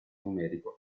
numerico